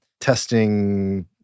testing